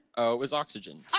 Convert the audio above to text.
o is oxygen.